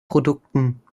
produkten